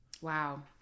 Wow